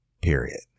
period